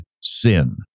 sin